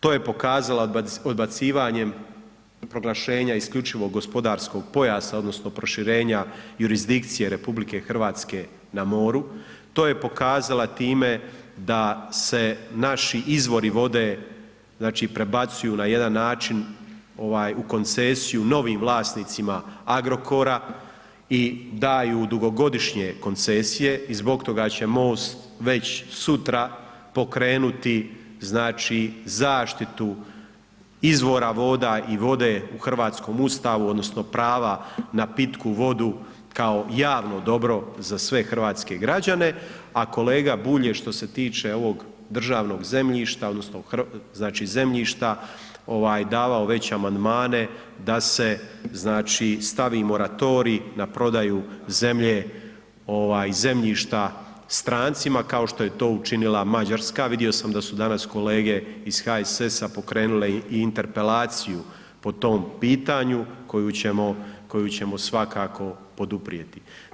To je pokazala odbacivanjem proglašenja isključivog gospodarskog pojasa odnosno proširenja jurisdikcije RH na moru, to je pokazala time da se naši izvori vode znači prebacuju na jedan način ovaj u koncesiju novim vlasnicima Agrokora i daju u dugogodišnje koncesije i zbog toga će MOST već sutra pokrenuti znači zaštitu izvora voda i vode u Hrvatskom Ustavu odnosno prava na pitku vodu kao javno dobro za sve hrvatske građane, a kolega Bulj je što se tiče ovog državnog zemljišta odnosno znači zemljišta ovaj davao već amandmane da se znači stavi moratorij na prodaju zemlje ovaj zemljišta strancima kao što je to učinila Mađarska, vidio sam da su danas kolege iz HSS-a pokrenule i interpelaciju po tom pitanju, koju ćemo, koju ćemo svakako poduprijeti.